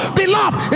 beloved